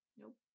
Nope